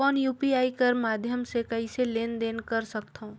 कौन यू.पी.आई कर माध्यम से कइसे लेन देन कर सकथव?